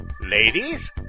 Ladies